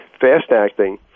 fast-acting